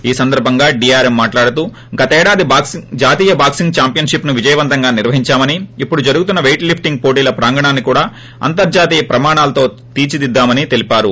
ఈ సందర్బంగా డిఆర్ఎమ్ మాట్లాడుతూ గతేడాది జాతీయ బాక్సింగ్ దాంఫియన్ షిప్ ను విజయవంతంగా నిర్వహించామని ఇప్పుడు జరుగుతున్న వెయిట్ లిప్టింగ్ పోటీల ప్రాంగణాన్ని కూడా అంతర్జాతీయ ప్రమాణాలతో తీర్ణిదిద్దామని తెలిపారు